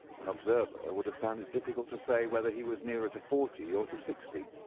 an observer would have found it difficult to say whether he was nearer to forty or to sixty.